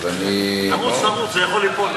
אז אני, תרוץ, תרוץ, זה יכול ליפול.